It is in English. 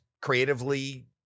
creatively